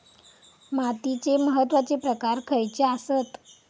मातीचे महत्वाचे प्रकार खयचे आसत?